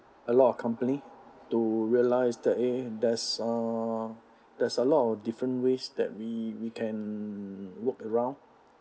a lot of company to realise that eh there's uh there's a lot of different ways that we we can work around